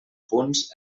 punts